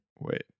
Wait